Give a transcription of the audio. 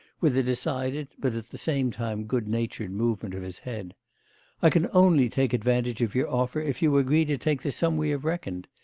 with a decided, but at the same time good-natured movement of his head i can only take advantage of your offer if you agree to take the sum we have reckoned.